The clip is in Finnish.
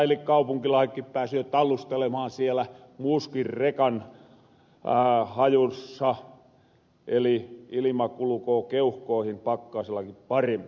eli kaupunkilaasetkin pääsee jo tallustelemaan siellä muuskin rekan hajussa eli ilima kulokoo keuhkoihin pakkasellakin paremmin